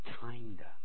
kinder